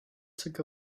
took